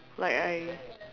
like I